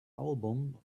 album